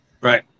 Right